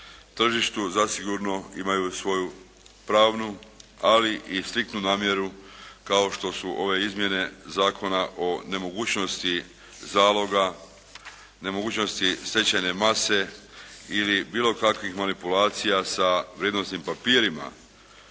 tržištu zasigurno imaju svoju pravnu ali i striktnu namjeru kao što su ove izmjene Zakona o nemogućnosti zaloga, nemogućnosti stečene mase ili bilo kakvih manipulacija sa vrijednosnim papirima,